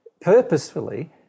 purposefully